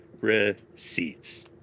receipts